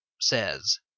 says